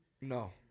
No